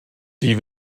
die